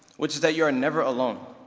which is that you are never alone.